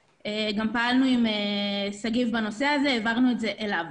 פעלנו עם שגיב בנושא הזה והעברנו אותו אליו.